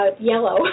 yellow